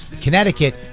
Connecticut